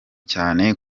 cyane